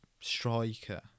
striker